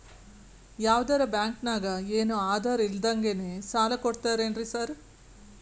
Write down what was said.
ಯಾವದರಾ ಬ್ಯಾಂಕ್ ನಾಗ ಏನು ಆಧಾರ್ ಇಲ್ದಂಗನೆ ಸಾಲ ಕೊಡ್ತಾರೆನ್ರಿ ಸಾರ್?